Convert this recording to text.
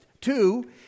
Two